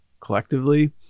collectively